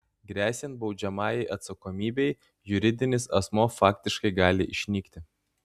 gresiant baudžiamajai atsakomybei juridinis asmuo faktiškai gali išnykti